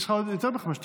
יש לך יותר מחמש דקות.